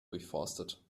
durchforstet